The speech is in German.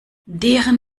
deren